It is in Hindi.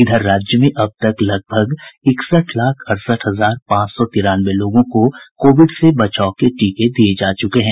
इधर राज्य में अब तक लगभग इकसठ लाख अड़सठ हजार पांच सौ तिरानवे लोगों को कोविड से बचाव के टीके दिये जा चुके हैं